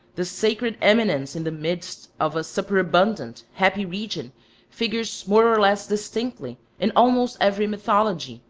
the sacred eminence in the midst of a superabundant, happy region figures more or less distinctly in almost every mythology,